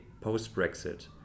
post-Brexit